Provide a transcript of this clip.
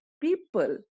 people